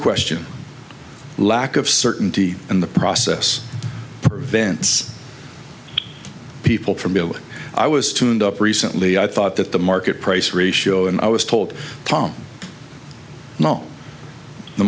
question lack of certainty in the process prevents people from i was tuned up recently i thought that the market price ratio and i was told tom no the